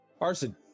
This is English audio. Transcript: Arson